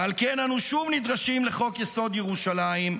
ועל כן אנו שוב נדרשים לחוק- יסוד: ירושלים,